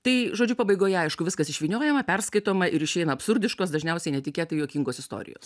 tai žodžiu pabaigoje aišku viskas išvyniojama perskaitoma ir išeina absurdiškos dažniausiai netikėtai juokingos istorijos